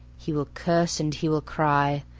he will curse and he will cry.